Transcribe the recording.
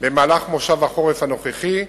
במהלך מושב החורף הנוכחי.